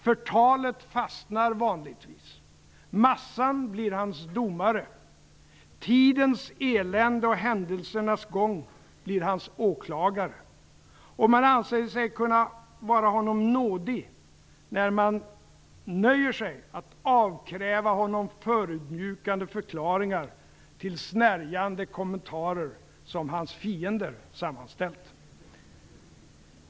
Förtalet fastnar vanligtvis. Massan blir hans domare. Tidens elände och händelsernas gång blir hans åklagare. Man anser sig kunna vara honom nådig när man nöjer sig med att avkräva honom förödmjukande förklaringar till snärjande kommentarer som hans fiender sammanställt.